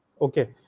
Okay